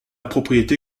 propriété